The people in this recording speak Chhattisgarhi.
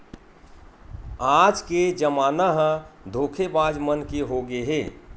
आज के जमाना ह धोखेबाज मन के होगे हे